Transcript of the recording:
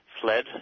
fled